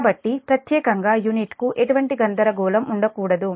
కాబట్టి ప్రత్యేకంగా యూనిట్కు ఎటువంటి గందరగోళం ఉండకూడదు